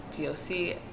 POC